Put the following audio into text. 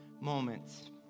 moments